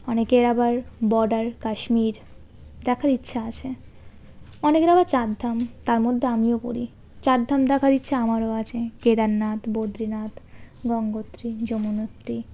অনেকের আবার বর্ডার কাশ্মীর দেখার ইচ্ছা আছে অনেকের আবার চার ধাম তার মধ্যে আমিও পড়ি চার ধাম দেখার ইচ্ছা আমারও আছে কেদারনাথ বদ্রীনাথ গঙ্গোত্রী যমুনত্রী